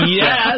Yes